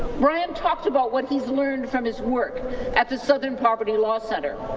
bryan talked about what he's learned from his work at the southern poverty law center.